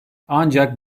ancak